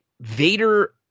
Vader